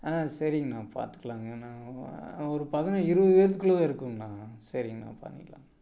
சரிங்கண்ணா பார்த்துக்கலாங்கண்ணா ஒரு பதின இருபது பேத்துக்குள்ள இருக்குங்கண்ணா சரிங்கண்ணா பண்ணிக்கலாம்